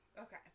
Okay